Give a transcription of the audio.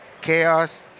chaos